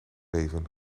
leven